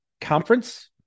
conference